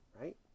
right